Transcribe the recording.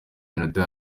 minota